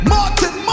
Martin